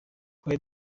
twari